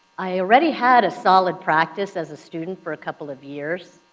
i already had a solid practice as a student for a couple of years.